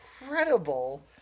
incredible